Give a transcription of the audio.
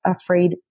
afraid